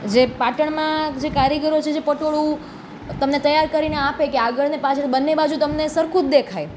જે પાટણમાં જે કારીગરો છે જે પટોળું તમને તૈયાર કરીને આપે કે આગળને પાછળ બંને બાજુ તમને સરખું જ દેખાય